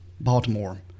Baltimore